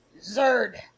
Zerd